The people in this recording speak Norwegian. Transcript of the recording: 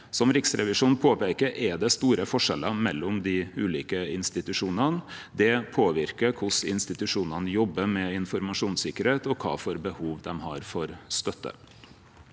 Som Riksrevisjonen påpeikar, er det store forskjellar mellom dei ulike institusjonane. Det påverkar korleis institusjonane jobbar med informasjonssikkerheit, og kva for behov dei har for støtte.